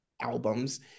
albums